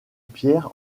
pierre